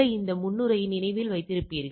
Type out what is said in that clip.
எனவே அது உண்மையில் அவ்வாறு செல்கிறது